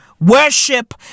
Worship